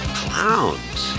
clowns